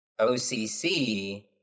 OCC